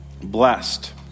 blessed